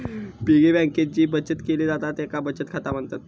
piggy बँकेत जी बचत केली जाता तेका बचत खाता म्हणतत